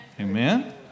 Amen